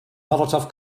molotov